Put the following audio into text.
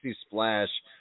splash